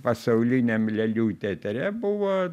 pasauliniam lėlių teatre buvo